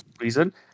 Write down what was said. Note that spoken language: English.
reason